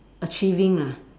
achieving ah